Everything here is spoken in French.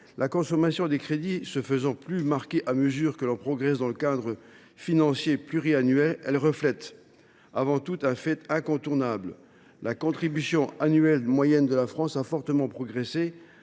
la consommation des crédits se faisant plus marquée à mesure que l’on progresse dans le cadre financier pluriannuel, elle reflète le fait incontournable que la contribution annuelle moyenne de la France a fortement progressé,